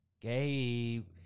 Gabe